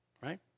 right